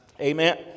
Amen